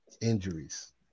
Injuries